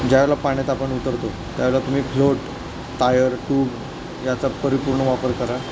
ज्या वेळेला पाण्यात आपण उतरतो त्यावेळेला तुम्ही फ्लोट टायर टूब याचा परिपूर्ण वापर करा